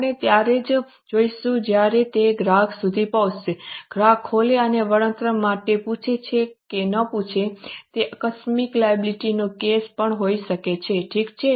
આપણે ત્યારે જ હોઈશું જ્યારે તે ગ્રાહક સુધી પહોંચે ગ્રાહક ખોલે અને વળતર માટે પૂછે કે ન પૂછે તે આકસ્મિક લાયબિલિટી નો કેસ પણ હોઈ શકે છે ઠીક છે